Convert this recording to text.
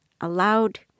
allowed